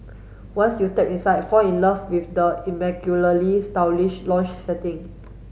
once you step inside fall in love with the stylish lounge setting